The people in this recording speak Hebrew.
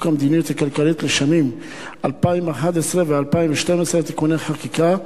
המדיניות הכלכלית לשנים 2011 ו-2012 (תיקוני חקיקה),